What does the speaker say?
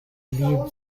leave